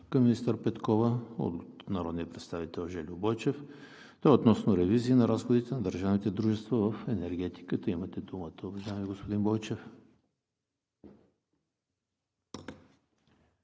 към министър Петкова от народния представител Жельо Бойчев. Той е относно ревизия на разходите на държавните дружества в енергетиката. Имате думата, уважаеми господин Бойчев.